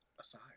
Aside